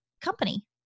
company